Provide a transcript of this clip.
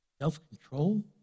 self-control